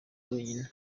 wenyine